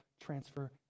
transfer